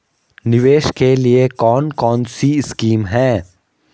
निवेश के लिए कौन कौनसी स्कीम हैं?